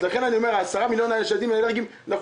לכן ה-10 מיליון שקל האלה עבור הילדים עם